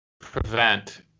prevent